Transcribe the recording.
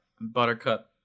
Buttercup